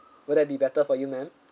would that be better for you ma'am